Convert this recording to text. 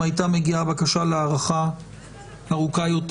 אם הייתה מגיעה בקשה להארכה ארוכה יותר,